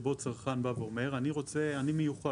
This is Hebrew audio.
שם זה שונה כי בוא אני אסביר לך: